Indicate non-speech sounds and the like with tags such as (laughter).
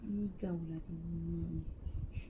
(noise)